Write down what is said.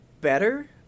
Better